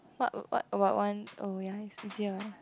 what what what want oh ya it's here